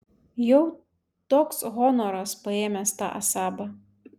jau toks honoras paėmęs tą asabą